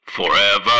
Forever